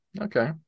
okay